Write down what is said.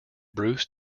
bruce